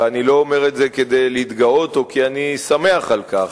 ואני לא אומר את זה כדי להתגאות או כי אני שמח על כך.